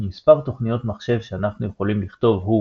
ומספר תוכניות מחשב שאנחנו יכולים לכתוב הוא